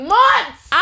months